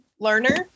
learner